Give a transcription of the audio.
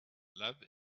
love